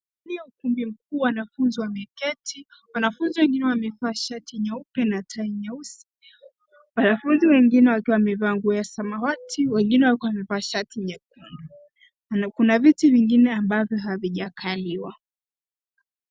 Ukumbi mkuu wanafunzi wameketi. Wanafunzi wamevaa shati nyeupe na tai nyeusi, wanafunzi wengine wakiwa wamevaa nguo ya samawati wengine wakiwa wamevaa shati nyekundu. Kuna viti vingine ambavyo havijakaliwa.